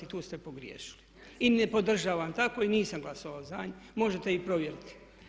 Tu ste pogriješili i ne podržavam tako i nisam glasovao za, možete i provjeriti.